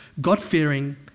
God-fearing